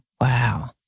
Wow